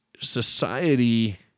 society